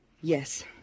Yes